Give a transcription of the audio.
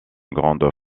grande